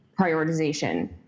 prioritization